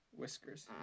whiskers